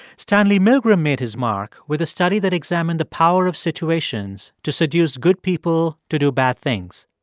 stanley milgram made his mark with a study that examined the power of situations to seduce good people to do bad things.